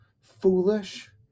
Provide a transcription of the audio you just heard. Foolish